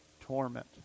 torment